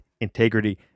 integrity